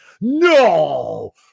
No